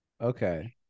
Okay